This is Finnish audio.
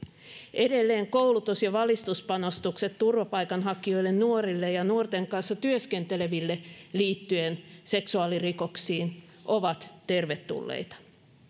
edelleen koulutus ja valistuspanostukset turvapaikanhakijoille nuorille ja nuorten kanssa työskenteleville liittyen seksuaalirikoksiin ovat tervetulleita